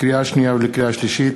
לקריאה שנייה ולקריאה שלישית: